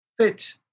fit